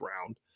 round